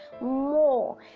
more